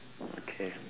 okay